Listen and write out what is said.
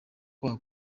kwaha